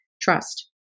Trust